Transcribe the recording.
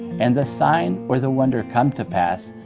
and the sign or the wonder come to pass,